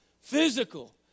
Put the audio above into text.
physical